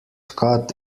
cut